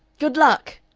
good luck!